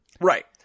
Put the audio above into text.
Right